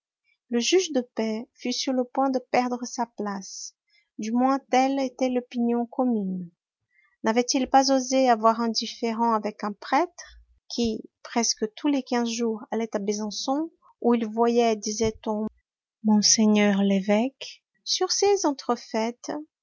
le juge de paix fut sur le point de perdre sa place du moins telle était l'opinion commune n'avait-il pas osé avoir un différend avec un prêtre qui presque tous les quinze jours allait à besançon où il voyait disait-on mgr l'évêque sur ces entrefaites